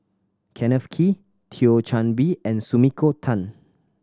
Kenneth Kee Thio Chan Bee and Sumiko Tan